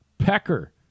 pecker